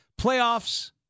Playoffs